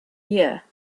year